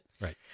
Right